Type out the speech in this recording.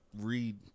read